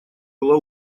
была